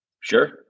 Sure